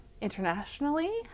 internationally